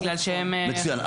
מצוין,